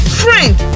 friend